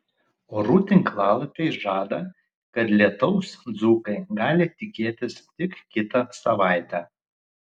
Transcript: orų tinklalapiai žada kad lietaus dzūkai gali tikėtis tik kitą savaitę